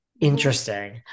interesting